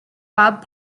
bob